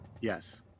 Yes